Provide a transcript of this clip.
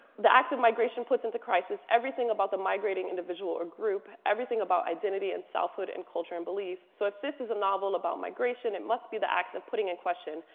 the act of migration puts into crisis everything about the migrating individual or group, everything about identity and selfhood and culture and belief. so if this is a novel about migration, it must be the act of putting in question.